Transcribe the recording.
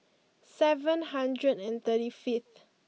seven hundred and thirty fifth